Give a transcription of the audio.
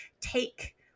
take